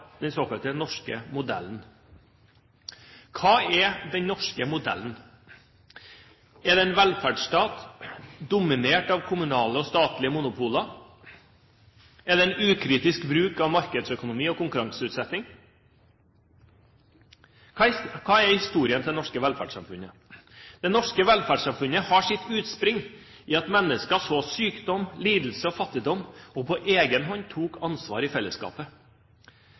den såkalte norske modellen. Hva er den norske modellen? Er det en velferdsstat dominert av kommunale og statlige monopoler? Er det en ukritisk bruk av markedsøkonomi og konkurranseutsetting? Hva er historien til det norske velfredssamfunnet? Det norske velferdssamfunnet har sitt utspring i at mennesker så sykdom, lidelser og fattigdom og på egen hånd tok ansvar for fellesskapet.